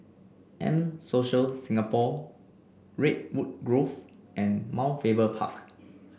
M Social Singapore Redwood Grove and Mount Faber Park